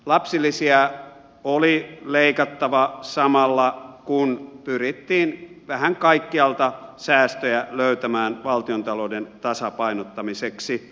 lapsilisiä oli leikattava samalla kun pyrittiin vähän kaikkialta säästöjä löytämään valtiontalouden tasapainottamiseksi